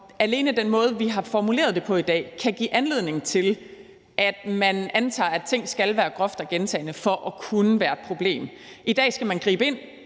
alene den måde, vi har formuleret det på i dag, kan give anledning til, at man antager, at det skal være groft og gentagende for at kunne være et problem. I dag skal man gribe ind